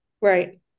Right